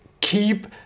keep